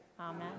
Amen